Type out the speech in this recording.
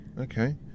Okay